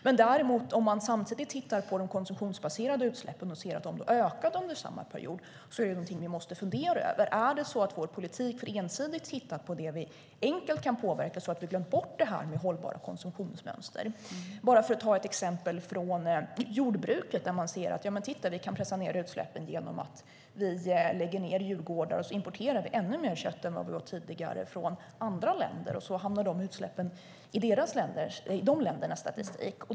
Men om man tittar på de konsumtionsbaserade utsläppen och ser att de har ökat under samma period är det någonting som vi måste fundera över. Har vi med vår politik för ensidigt tittat på det som vi enkelt kan påverka så att vi har glömt bort det här med hållbara konsumtionsmönster? Jag kan ta ett exempel från jordbruket, där man ser att man kan pressa ned utsläppen genom att lägga ned djurgårdar. Då importerar vi ännu mer kött från andra länder än vad vi gjorde tidigare, och så hamnar de utsläppen i de ländernas statistik.